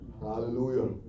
Hallelujah